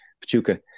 Pachuca